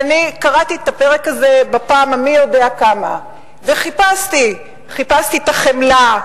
קראתי את הפרק הזה בפעם המי-יודע-כמה וחיפשתי את החמלה,